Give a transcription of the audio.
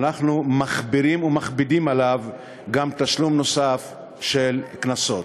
ואנחנו מכבירים ומכבידים עליו גם בתשלום נוסף של קנסות.